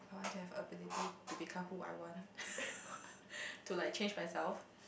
I want to have ability to become who I want to like change myself